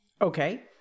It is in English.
Okay